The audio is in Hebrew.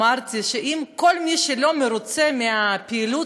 דיברתי ואמרתי שכל מי שלא מרוצה מהפעילות